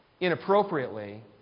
inappropriately